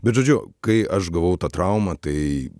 bet žodžiu kai aš gavau tą traumą tai